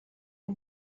her